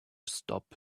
stop